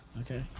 Okay